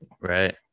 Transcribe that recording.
Right